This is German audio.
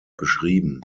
beschrieben